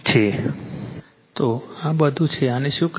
તો આ બધું છે આને શું કહેવાય